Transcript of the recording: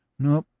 no,